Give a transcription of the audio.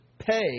Pay